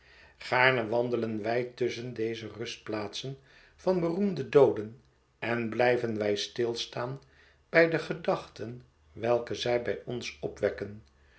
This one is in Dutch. gaarne wandelen wij tusschen deze rustplaatsen van beroemde dooden en blijven wij stilstaan bij de gedachten welke zij bij ons opwekken